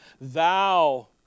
Thou